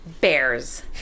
Bears